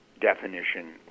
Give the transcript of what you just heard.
definition